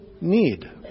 need